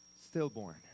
stillborn